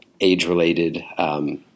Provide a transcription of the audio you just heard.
age-related